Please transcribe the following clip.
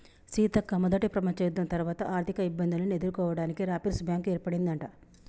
సీతక్క మొదట ప్రపంచ యుద్ధం తర్వాత ఆర్థిక ఇబ్బందులను ఎదుర్కోవడానికి రాపిర్స్ బ్యాంకు ఏర్పడిందట